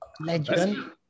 legend